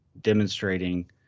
demonstrating